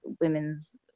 women's